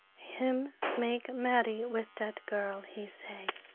him make marry with dat girl, he say.